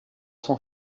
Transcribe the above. sans